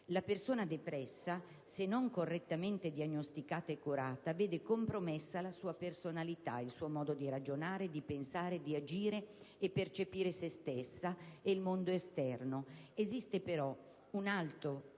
La persona depressa, se non correttamente diagnosticata e curata, vede compromessa la sua personalità, il suo modo di ragionare, di pensare, di agire e di percepire se stessa e il mondo esterno. Esistono però altri fattori